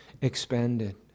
expanded